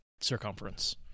circumference